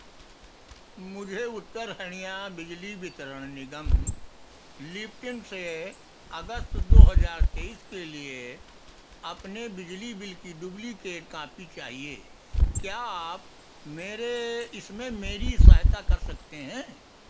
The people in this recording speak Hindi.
मुझे उत्तर हरियाणा बिजली वितरण निगम लिप्टिम से अगस्त दो हज़ार तेईस के लिए अपने बिजली बिल की डुब्लिकेट कॉपी चाहिए क्या आप मेरे इसमें मेरी सहायता कर सकते हैं